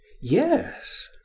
yes